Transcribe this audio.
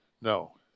No